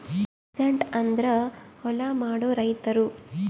peasant ಅಂದ್ರ ಹೊಲ ಮಾಡೋ ರೈತರು